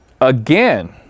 again